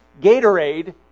Gatorade